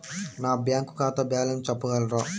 నా బ్యాంక్ ఖాతా బ్యాలెన్స్ చెప్పగలరా?